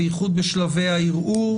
בייחוד בשלבי הערעור,